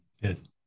yes